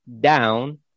down